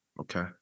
Okay